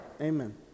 Amen